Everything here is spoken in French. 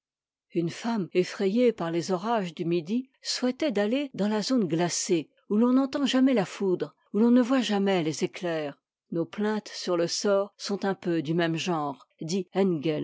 une femme effrayée par les orages du midi souhaitait d'aller dans la zone glacée où l'on n'entend jamais la foudre où l'on ne voit jamais les éclairs nos plaintes sur le sort sont un peu du même genre